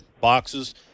boxes